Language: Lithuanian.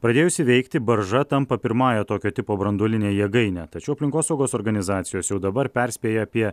pradėjusi veikti barža tampa pirmąja tokio tipo branduoline jėgaine tačiau aplinkosaugos organizacijos jau dabar perspėja apie